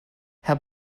herr